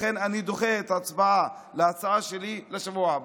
לכן אני דוחה את ההצבעה על ההצעה שלי לשבוע הבא.